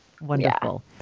Wonderful